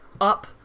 Up